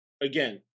again